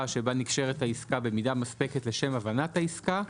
שבה נקשרת העסקה במידה מספקת לשם הבנת העסקה.